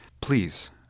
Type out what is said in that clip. Please